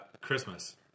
Christmas